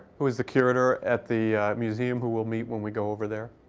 who is the curator at the museum, who we'll meet when we go over there.